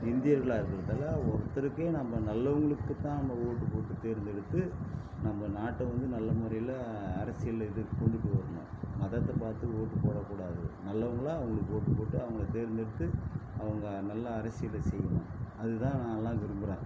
இந்தியர்களாக இருக்கிறதுனால அவங்க ஒருத்தருக்கே நம்ப நல்லவங்களுக்கு தான் நம்ப ஓட்டு போட்டு தேர்ந்தெடுத்து நம்ப நாட்டை வந்து நல்ல முறையில் அரசியல் இதுக்கு கொண்டுட்டு வரணும் மதத்தை பார்த்து ஓட்டு போடக்கூடாது நல்லவங்களா அவங்களுக்கு ஓட்டு போட்டு அவங்கள தேர்ந்தெடுத்து அவங்க நல்ல அரசியலை செய்யணும் அதுதான் நான்லாம் விரும்புகிறேன்